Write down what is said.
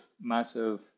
massive